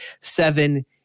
seven